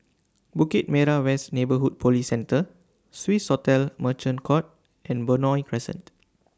Bukit Merah West Neighbourhood Police Centre Swissotel Merchant Court and Benoi Crescent